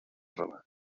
roma